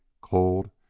cold